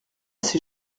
ces